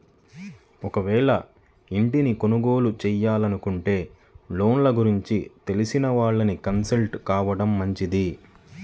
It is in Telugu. ఒకవేళ ఇంటిని కొనుగోలు చేయాలనుకుంటే లోన్ల గురించి తెలిసినోళ్ళని కన్సల్ట్ కావడం మంచిది